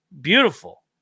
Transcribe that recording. Beautiful